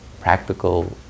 practical